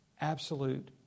Absolute